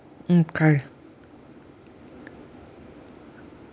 mm K